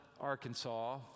Arkansas